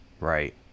right